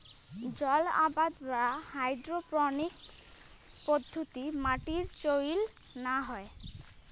জলআবাদ বা হাইড্রোপোনিক্স পদ্ধতিত মাটির চইল না হয়